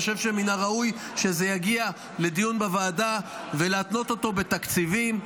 אני חושב שמן הראוי שזה יגיע לדיון בוועדה ולהתנות אותו בתקציבי.,